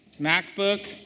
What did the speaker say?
MacBook